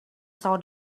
saw